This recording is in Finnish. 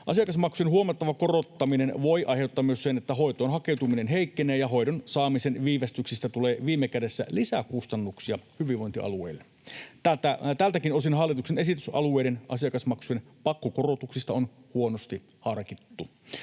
Asiakasmaksujen huomattava korottaminen voi aiheuttaa myös sen, että hoitoon hakeutuminen heikkenee, ja hoidon saamisen viivästyksistä tulee viime kädessä lisäkustannuksia hyvinvointialueille. Tältäkin osin hallituksen esitys alueiden asiakasmaksujen pakkokorotuksista on huonosti harkittu.